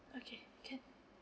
okay can